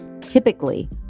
Typically